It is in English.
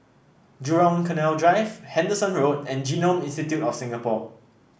Jurong Canal Drive Henderson Road and Genome Institute of Singapore